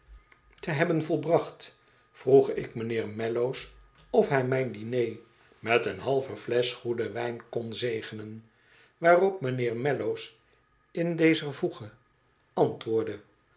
te hebben volui nieüw engelands gekookt rundvleesch bracht vroeg ik mijnheer mellows of hij mijn diner met een haive flesch goeden wijn kon zegenen waarop mijnheer mellows in dezer voege antwoordde